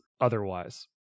otherwise